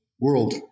world